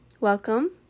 Welcome